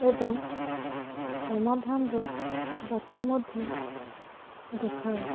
ଏବଂ ସମାଧାନର ବାଟ ମଧ୍ୟ ଦେଖାଏ